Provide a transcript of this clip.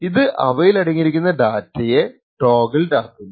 ഇത് അവയിലടങ്ങിയിരിക്കുന്ന ഡാറ്റയെ ടോഗിൾഡ് ആക്കുന്നു